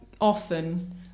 often